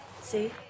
See